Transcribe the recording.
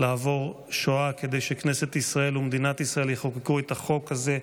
לעבור שואה כדי שכנסת ישראל ומדינת ישראל יחוקקו את החוק הזה,